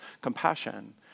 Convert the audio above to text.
compassion